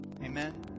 Amen